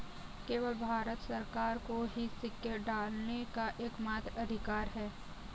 केवल भारत सरकार को ही सिक्के ढालने का एकमात्र अधिकार है